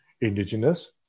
indigenous